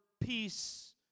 peace